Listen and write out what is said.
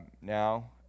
now